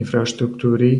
infraštruktúry